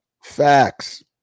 Facts